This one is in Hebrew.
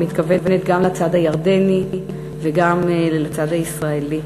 אני מתכוונת גם לצד הירדני וגם לצד הישראלי.